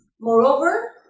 Moreover